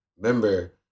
remember